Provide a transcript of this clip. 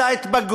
להודיע לנו שבוע